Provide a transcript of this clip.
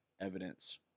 evidence